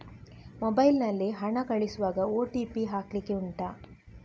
mobile ನಲ್ಲಿ ಹಣ ಕಳಿಸುವಾಗ ಓ.ಟಿ.ಪಿ ಹಾಕ್ಲಿಕ್ಕೆ ಉಂಟಾ